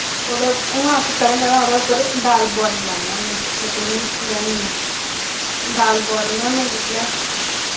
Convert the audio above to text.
ओह्दे हून अस कदैं कदैं ओह्दे उप्पर दाल बोआली लैन्ने होन्ने लकड़ियां लेआनियै दाल बोआलने होन्ने जिसलै